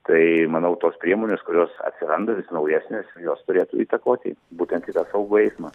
tai manau tos priemonės kurios atsiranda vis naujesnės jos turėtų įtakoti būtent į tą saugų eismą